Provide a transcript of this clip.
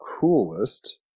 coolest